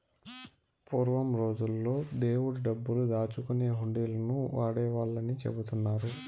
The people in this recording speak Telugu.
పూర్వం రోజుల్లో దేవుడి డబ్బులు దాచుకునేకి హుండీలను వాడేవాళ్ళని చెబుతున్నారు